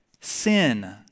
Sin